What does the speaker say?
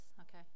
Okay